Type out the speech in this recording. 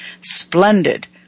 splendid